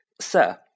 Sir